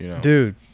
Dude